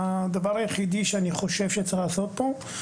הדבר היחידי שאני חושב שצריך לעשות פה,